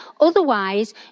Otherwise